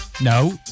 No